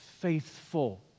faithful